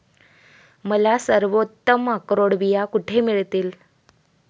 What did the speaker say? मला सर्वोत्तम अक्रोड बिया कुठे मिळतील